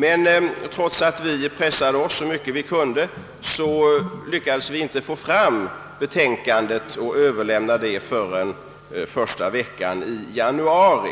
Men trots att vi pressade oss så mycket vi kunde lyckades vi inte få fram betänkandet förrän första veckan i januari.